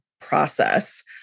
process